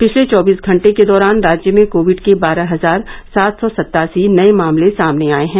पिछले चौबीस घंटे के दौरान राज्य में कोविड के बारह हजार सात सौ सतासी नए मामले सामने आए है